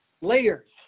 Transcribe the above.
Layers